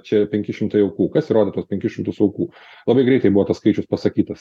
čia penki šimtai aukų kasįrodė tuos penkis šimtus aukų labai greitai buvo tas skaičius pasakytas